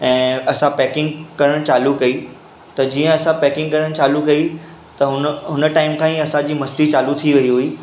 ऐं असां पॅकींग करणु चालू कई त जीअं असां पॅकींग करणु चालू कई त हुन हुन टाइम खां ई असांजी मस्ती चालू थी वेई हुई